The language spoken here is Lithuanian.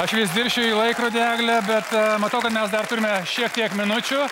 aš vis dirsčioju į laikrodį egle bet matau kad mes dar turime šiek tiek minučių